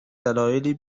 دلایلی